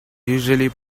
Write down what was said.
usually